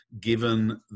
given